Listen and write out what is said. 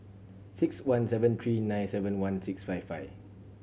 six one seven three nine seven one six five five